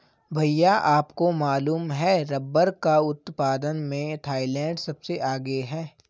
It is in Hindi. भैया आपको मालूम है रब्बर के उत्पादन में थाईलैंड सबसे आगे हैं